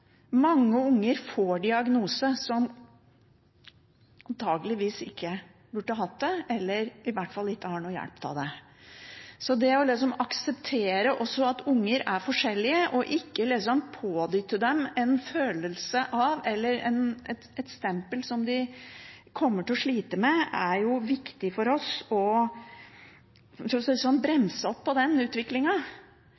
Mange unge får diagnoser som de antakeligvis ikke burde hatt, og som de i hvert fall ikke har noe hjelp av. Det å akseptere at unger er forskjellige, og ikke pådytte dem en følelse eller gi dem et stempel som de kommer til å slite med, er viktig for å